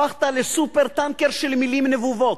הפכת לסופר-טנקר של מלים נבובות.